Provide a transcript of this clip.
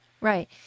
Right